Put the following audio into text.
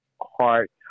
heart